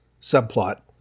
subplot